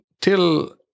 Till